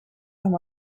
amb